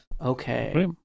Okay